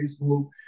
Facebook